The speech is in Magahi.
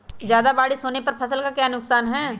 ज्यादा बारिस होने पर फसल का क्या नुकसान है?